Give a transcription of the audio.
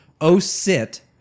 O-Sit